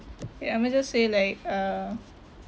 ya I'm going to just say like uh